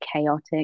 chaotic